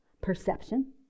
perception